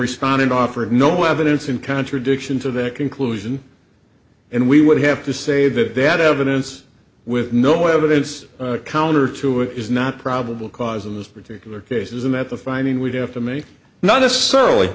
responded offered no evidence in contradiction to that conclusion and we would have to say that they had evidence with no evidence counter to it is not probable cause in this particular cases and that the finding would have to make not necessarily